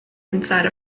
inside